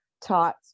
taught